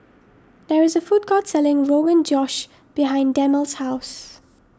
there is a food court selling Rogan Josh behind Darnell's house